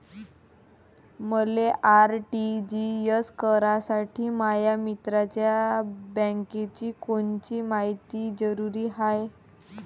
मले आर.टी.जी.एस करासाठी माया मित्राच्या बँकेची कोनची मायती जरुरी हाय?